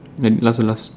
then last one last